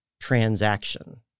transaction